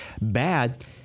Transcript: bad